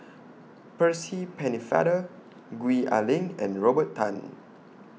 Percy Pennefather Gwee Ah Leng and Robert Tan